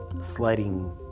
sliding